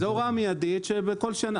זאת הוראה מיידית בכל שנה.